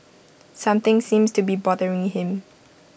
something seems to be bothering him